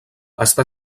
està